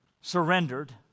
surrendered